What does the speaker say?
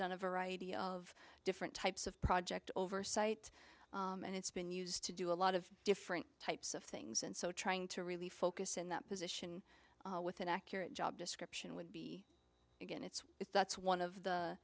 done a variety of different types of project oversight and it's been used to do a lot of different types of things and so trying to really focus in that position with an accurate job description would be again it's if that's one of the